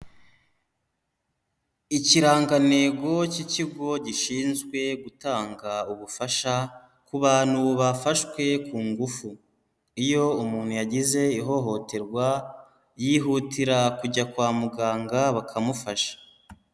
Ikirangantego k'ikigo gishinzwe gutanga ubufasha ku bantu bafashwe ku ngufu iyo umuntu yagize ihohoterwa yihutira kujya kwa muganga bakamufasha.